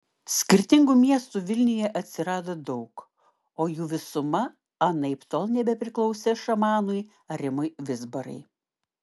skirtingų miestų vilniuje atsirado daug o jų visuma anaiptol nebepriklausė šamanui rimui vizbarai